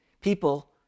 People